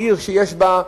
ולקבוע שעיר שיש בה,